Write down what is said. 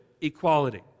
equality